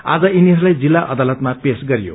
आज यिनीहरूलाई जिल्ला अदालतमा पेश गरियो